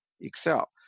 Excel